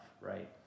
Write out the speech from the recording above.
right